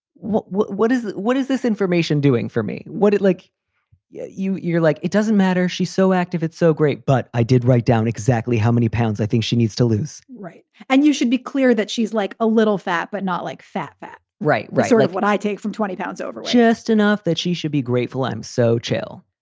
what what is what is this information doing for me? what it like yeah you're like? it doesn't matter. she's so active, it's so great. but i did write down exactly how many pounds i think she needs to lose. right. and you should be clear that she's like a little fat, but not like fat. fat, right. sort of what i take from twenty pounds over just enough that she should be grateful. i'm so chill.